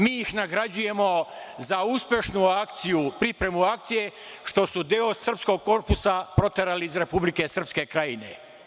Mi ih nagrađujemo za uspešnu akciju, pripremu akcije, što su deo srpskog korpusa proterali iz Republike Srpske Krajine.